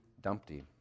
Dumpty